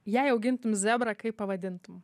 jei augintum zebrą kaip pavadintum